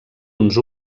uns